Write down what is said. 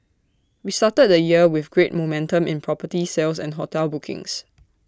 we started the year with great momentum in property sales and hotel bookings